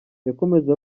yakomeje